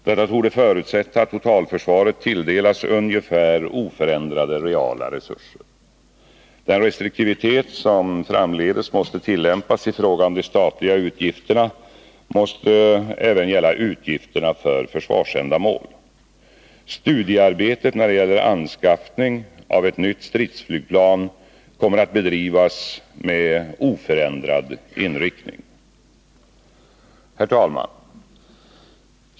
Detta torde förutsätta att totalförsvaret tilldelas ungefär oförändrade reala resurser. Den restriktivitet som framdeles måste tillämpas i fråga om de statliga utgifterna måste även gälla utgifterna för försvarsändamål. Studiearbetet när det gäller anskaffning av ett nytt stridsflygplan kommer att bedrivas med oförändrad inriktning. Herr talman!